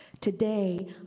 Today